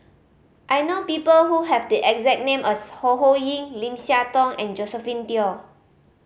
I know people who have the exact name as Ho Ho Ying Lim Siah Tong and Josephine Teo